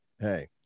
hey